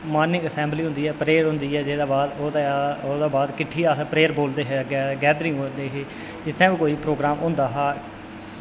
morning assembly होंदी ऐ prayer होंदी ऐ ओह्दे बाद ओह्दे बाद किट्ठी अस प्रेयर बोलदे हे गैदरिंग करदे हे जित्थै बी कोई प्रोग्राम होंदा हा